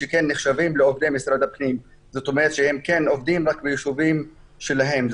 שנחשבים עובדי משרד הפנים הם כן עובדים אבל ביישובים שלהם,